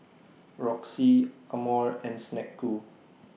Roxy Amore and Snek Ku